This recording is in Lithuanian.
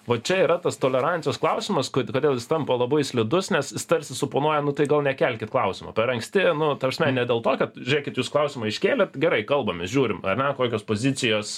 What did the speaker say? va čia yra tas tolerancijos klausimas kodėl jis tampa labai slidus nes jis tarsi suponuoja nu tai gal nekelkit klausimo per anksti nu ta prasme ne dėl to kad žiūrėkit jūs klausimą iškėlėt gerai kalbamės žiūrim ar ne kokios pozicijos